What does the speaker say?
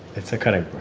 it's a kind of